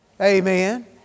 Amen